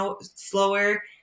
slower